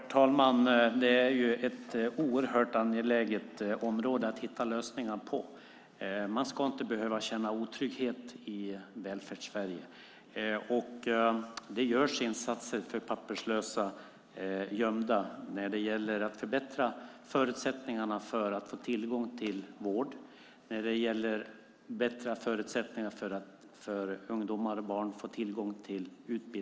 Herr talman! Det är ett oerhört angeläget område att hitta lösningar på. Man ska inte behöva känna otrygghet i Välfärdssverige. Det görs insatser för papperslösa och gömda när det gäller att förbättra förutsättningarna för tillgång till vård samt till utbildning för ungdomar och barn.